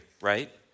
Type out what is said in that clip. right